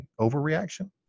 overreaction